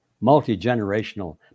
multi-generational